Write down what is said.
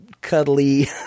cuddly